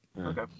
Okay